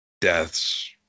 deaths